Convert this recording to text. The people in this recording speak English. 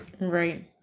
Right